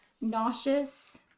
nauseous